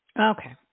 Okay